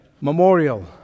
memorial